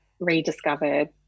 rediscovered